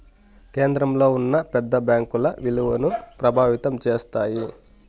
కేంద్రంలో ఉన్న పెద్ద బ్యాంకుల ఇలువను ప్రభావితం చేస్తాయి